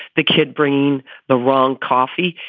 the kid bringing the wrong coffee.